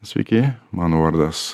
sveiki mano vardas